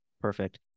Perfect